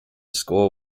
score